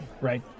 Right